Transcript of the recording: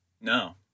No